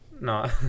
No